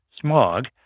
smog